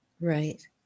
Right